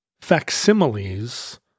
facsimiles